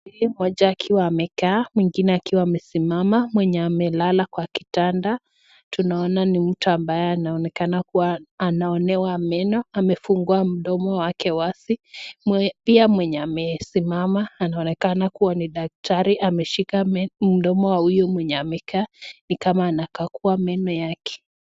Hili moja akiwa amekaa, mwingine akiwa amesimama. Mwenye amelala kwa kitanda tunaona ni mtu ambaye anaonekana kuwa anaonewa meno. Amefungua mdomo wake wazi. Pia mwenye amesimama anaonekana kuwa ni daktari. Ameshika mdomo wa huyo mwenye amekaa ni kama anakaagua meno yake.